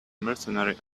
mercenary